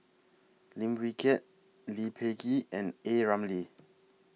Lim Wee Kiak Lee Peh Gee and A Ramli